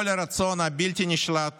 עם כל הרצון הבלתי-נשלט